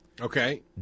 Okay